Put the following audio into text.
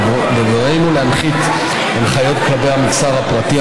בבואנו להנחית הנחיות כלפי המגזר הפרטי,